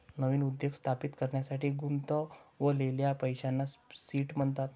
नवीन उद्योग स्थापित करण्यासाठी गुंतवलेल्या पैशांना सीड म्हणतात